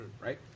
Right